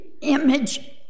image